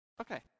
Okay